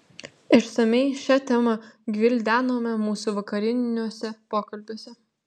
išsamiai šią temą gvildenome mūsų vakariniuose pokalbiuose